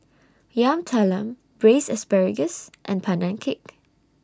Yam Talam Braised Asparagus and Pandan Cake